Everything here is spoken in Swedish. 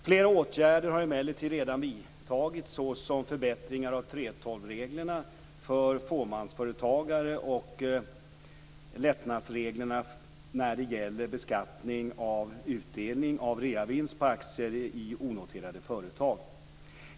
Flera åtgärder har emellertid redan vidtagits såsom förbättringar av 3:12-reglerna för fåmansföretagare och lättnadsreglerna när det gäller beskattning av utdelning och reavinst på aktier i onoterade företag.